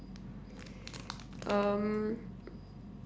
um